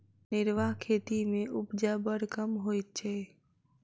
निर्वाह खेती मे उपजा बड़ कम होइत छै